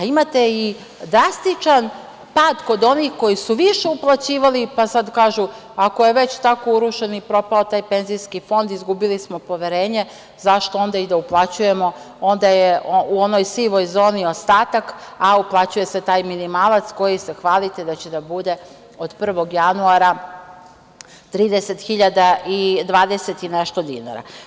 Imate i drastičan pad kod onih koji su više uplaćivali, pa sada kažu – ako je već tako urušen i propao taj penzijski fond, izgubili smo poverenje, zašto onda i da uplaćujemo, onda je u onoj sivoj zoni ostatak, a uplaćuje se taj minimalac koji se hvalite da će da bude od 1. januara 30 hiljada i 20 i nešto dinara.